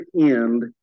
end